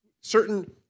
certain